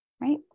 Right